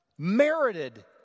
Merited